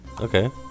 Okay